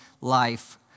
life